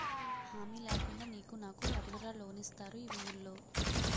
హామీ లేకుండా నీకు నాకు ఎవడురా లోన్ ఇస్తారు ఈ వూళ్ళో?